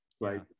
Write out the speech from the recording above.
right